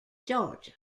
georgia